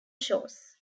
shores